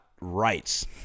rights